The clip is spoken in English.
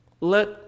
Let